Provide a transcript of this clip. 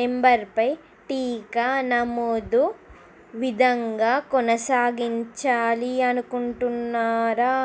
నెంబర్పై టీకా నమోదు విధంగా కొనసాగించాలి అనుకుంటున్నారా